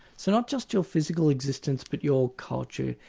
so not just your physical existence but your culture,